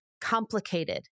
complicated